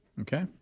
Okay